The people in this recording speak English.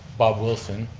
bob wilson,